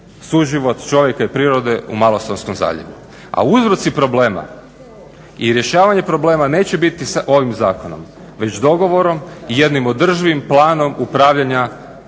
suživot čovjeka i prirode u Malostonskom zaljevu. A uzroci problema i rješavanje problema neće biti ovim zakonom već dogovorom, jednim održivim planom upravljanja